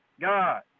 God